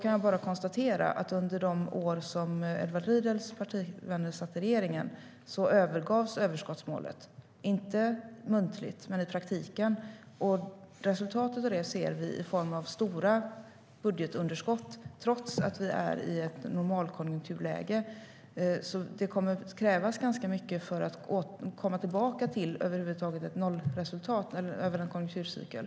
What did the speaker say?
Jag kan bara konstatera att under de år som Edward Riedls partivänner satt i regeringen övergavs överskottsmålet, inte muntligt men i praktiken. Resultatet av det ser vi i form av stora budgetunderskott trots att vi befinner oss i ett normalkonjunkturläge. Det kommer alltså att krävas ganska mycket för att komma tillbaka till ett nollresultat över en konjunkturcykel.